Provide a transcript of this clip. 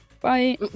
bye